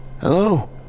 Hello